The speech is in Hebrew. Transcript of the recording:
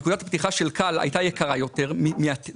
נקודת הפתיחה של כאל הייתה יקרה יותר מהטעם